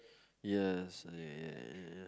yes yeah yeah